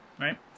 right